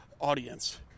audience